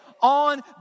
on